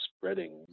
spreading